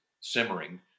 simmering